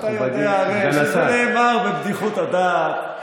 אתה יודע שזה נאמר בבדיחות הדעת.